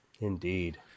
indeed